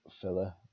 filler